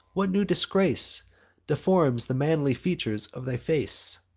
what new disgrace deforms the manly features of thy face